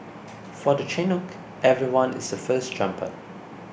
for the Chinook everyone is a first jumper